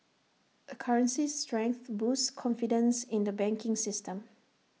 A currency's strength boosts confidence in the banking system